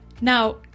Now